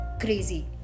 crazy